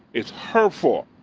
it's her fault.